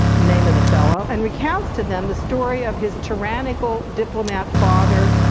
name of the fellow, and recounts to them the story of his tyrannical diplomat father,